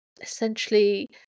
essentially